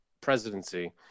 presidency